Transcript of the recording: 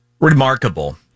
Remarkable